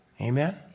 Amen